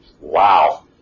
Wow